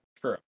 True